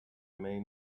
may